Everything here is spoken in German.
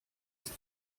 ist